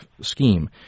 scheme